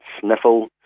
sniffle